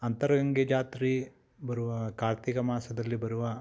ಅಂತರಗಂಗೆ ಜಾತ್ರೆ ಬರುವ ಕಾರ್ತಿಕ ಮಾಸದಲ್ಲಿ ಬರುವ